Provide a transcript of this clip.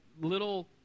little